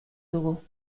dugu